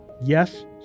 yes